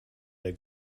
der